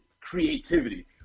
creativity